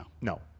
No